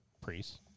priests